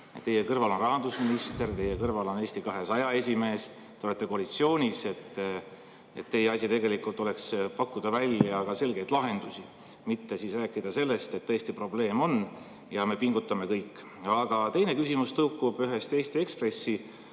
Teie kõrval on rahandusminister, teie kõrval on Eesti 200 esimees, te olete koalitsioonis. Teie asi tegelikult oleks pakkuda välja ka selgeid lahendusi, mitte rääkida sellest, et tõesti probleem on ja me pingutame kõik. Aga teine küsimus tõukub ühest Eesti Ekspressi